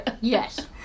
Yes